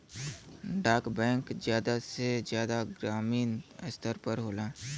डाक बैंक जादा से जादा ग्रामीन स्तर पर होला